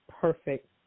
perfect